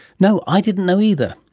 no, i didn't know either,